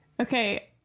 Okay